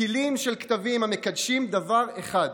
תילים של כתבים המקדשים דבר אחד,